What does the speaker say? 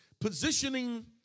positioning